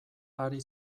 ari